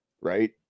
right